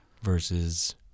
versus